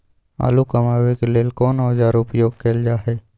आलू कमाबै के लेल कोन औाजार उपयोग कैल जाय छै?